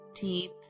deep